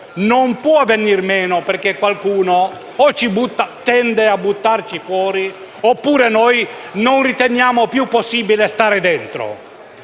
non può venir meno, né perché qualcuno tende a buttarci fuori, né perché non riteniamo più possibile stare dentro.